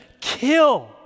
kill